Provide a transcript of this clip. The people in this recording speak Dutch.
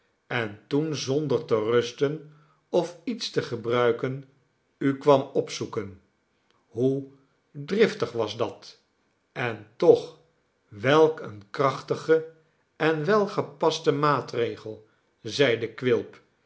en toen zonder te rusten of iets te gebruiken u kwam opzoeken hoe driftig was dat en toch welk een krachtige en welgepaste maatregel zeide quilp